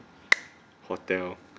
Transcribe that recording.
hotel